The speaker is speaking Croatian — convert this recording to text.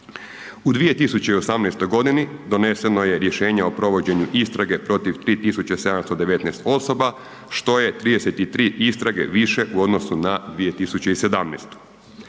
U 2018.g. doneseno je rješenje o provođenju istrage protiv 3719 osoba što je 33 istrage više u odnosu na 2017.